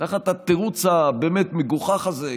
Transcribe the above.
תחת התירוץ הבאמת-מגוחך הזה.